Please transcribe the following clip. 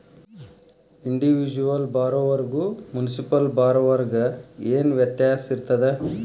Individual ಬಾರೊವರ್ಗು municipal ಬಾರೊವರ್ಗ ಏನ್ ವ್ಯತ್ಯಾಸಿರ್ತದ?